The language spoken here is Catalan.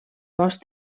bosc